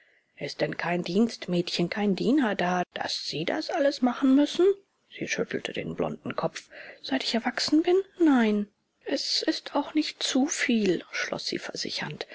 ist denn kein dienstmädchen kein diener da daß sie das alles machen müssen sie schüttelte den blonden kopf seit ich erwachsen bin nein es ist auch nicht zuviel schloß sie versichernd